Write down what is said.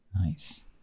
nice